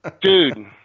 dude